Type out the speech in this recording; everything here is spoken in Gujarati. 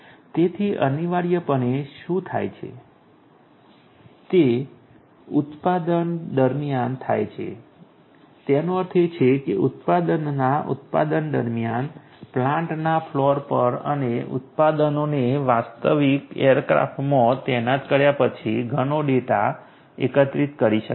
તેથી અનિવાર્યપણે શું થાય છે તે પરિણામે ઉત્પાદન દરમિયાન થાય છે તેનો અર્થ એ છે કે ઉત્પાદનના ઉત્પાદન દરમિયાન પ્લાન્ટના ફ્લોર પર અને ઉત્પાદનોને વાસ્તવિક એરક્રાફ્ટમાં તૈનાત કર્યા પછી ઘણો ડેટા એકત્રિત કરી શકાય છે